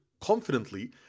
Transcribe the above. confidently